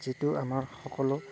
যিটো আমাৰ সকলো